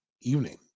evening